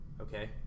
Okay